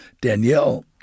Danielle